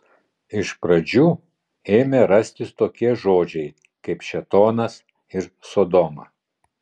iš pradžių ėmė rastis tokie žodžiai kaip šėtonas ir sodoma